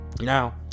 Now